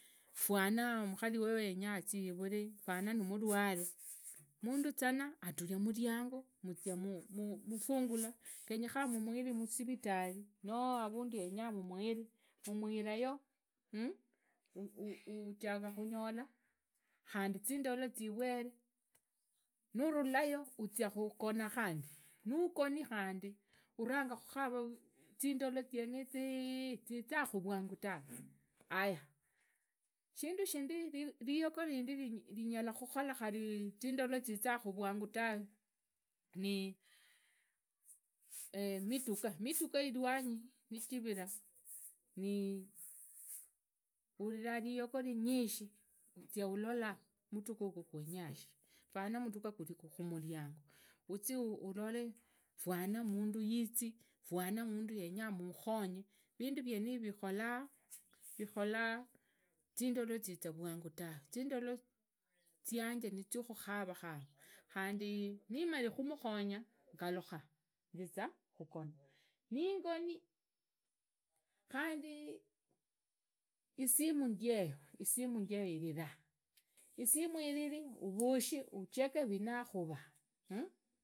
Fwana mkhariwe yenyaazi yiruree fwana nimulwate mundu zana havuli mumuriango muzia mufangula, qenyekhana mumuhira musivitali noo havundu yenyamumuhire mumuhira yoo ujaga khunyola khandi zindolo ziweree nurulayo uzia khugona khandi nugoni khandi turanga khukhara zindolo zienizi zizaatihu vwangu fawe. Haya shindu shindi riyogo vinyala khukhola khari zindolo zizakhu vwangu tawe ni mitoka ilwanyi nijiviraa ni uhuriraa riyogo rinyishi uzia ulola mutoka yugu qwenyashi, fana mutoka guri mukhirianao, fwana mundu yizi fwana mundu yenyamutihonye vindu vieniri vikholaa, vikholaa zindolo zizakhurwangu tawe zindolo zianje nizia khukharakhara khundi nimuli khumukhonya khandi ngalukha khugona ningoni khandi isimu njieyo iriraa isimu iririi uvushe ucheke wina akhuraa.